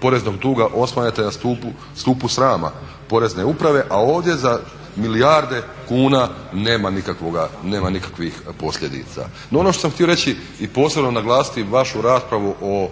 poreznog duga osvanete na stupu srama Porezne uprave, a ovdje za milijarde kuna nema nikakvih posljedica. No ono što sam htio reći i posebno naglasiti vašu raspravu o